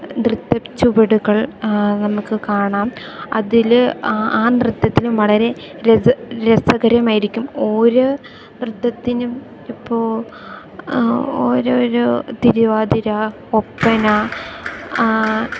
നൃത്ത ചുവടുകൾ നമുക്ക് കാണാം അതില് ആ ആ നൃത്തത്തിലും വളരെ രസ രസകരമായിരിക്കും ഓരോ നൃത്തത്തിനും ഇപ്പോ ഓരോരോ തിരുവാതിര ഒപ്പന